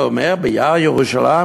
הוא אומר: ביער ירושלים?